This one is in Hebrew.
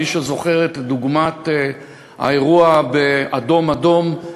מי שזוכר את דוגמת האירוע ב"אדום-אדום",